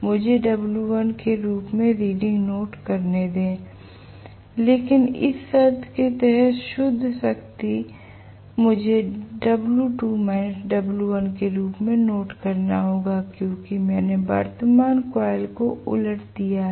मुझे W1 के रूप में रीडिंग नोट करने दे लेकिन इस शर्त के तहत शुद्ध शक्ति मुझे W2 W1 के रूप में नोट करना होगा क्योंकि मैंने वर्तमान कॉइल को उलट दिया है